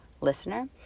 listener